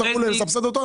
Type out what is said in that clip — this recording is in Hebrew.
תצטרכו לסבסד אותם.